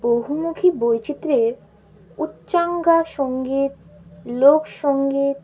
বহুমুখী বৈচিত্র্যের উচ্চাঙ্গ সংগীত লোকসংগীত